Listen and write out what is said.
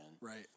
Right